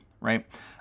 right